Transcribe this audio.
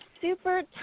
super